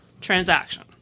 transaction